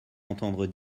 entendre